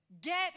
Get